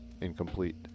incomplete